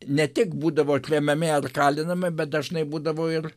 ne tik būdavo tremiami ar kalinami bet dažnai būdavo ir